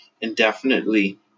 indefinitely